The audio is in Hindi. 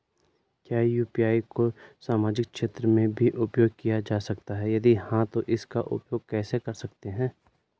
क्या यु.पी.आई को सामाजिक क्षेत्र में भी उपयोग किया जा सकता है यदि हाँ तो इसका उपयोग कैसे कर सकते हैं?